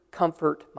comfort